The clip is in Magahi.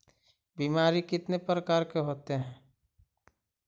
बीमारी कितने प्रकार के होते हैं?